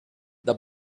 the